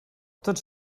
tots